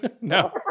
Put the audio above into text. No